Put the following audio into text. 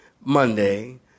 Monday